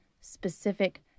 specific